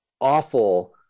Awful